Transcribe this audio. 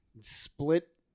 Split